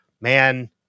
man